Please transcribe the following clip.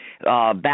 Back